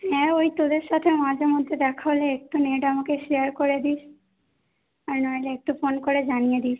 হ্যাঁ ওই তোদের সাথে মাঝেমধ্যে দেখা হলে একটু নেট আমাকে শেয়ার করে দিস আর নইলে একটু ফোন করে জানিয়ে দিস